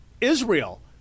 Israel